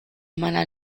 meiner